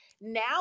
now